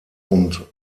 und